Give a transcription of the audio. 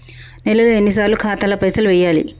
నెలలో ఎన్నిసార్లు ఖాతాల పైసలు వెయ్యాలి?